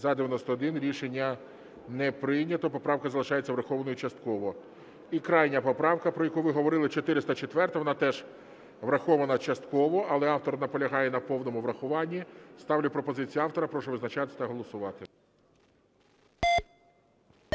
За-91 Рішення не прийнято. Поправка залишається врахованою частково. І крайня поправка, про яку ви говорили, 404, вона теж врахована частково, але автор наполягає на повному врахуванні. Ставлю пропозицію автора. Прошу визначатись та голосувати.